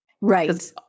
Right